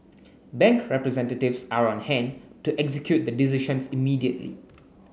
bank representatives are on hand to execute the decisions immediately